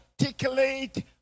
articulate